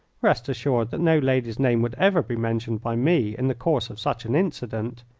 rest assured that no lady's name would ever be mentioned by me in the course of such an incident.